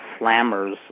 Slammers